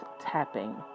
tapping